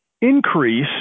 increase